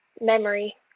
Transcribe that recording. memory